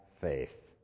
faith